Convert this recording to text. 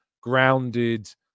grounded